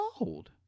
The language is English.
old